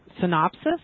synopsis